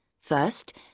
First